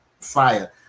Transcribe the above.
fire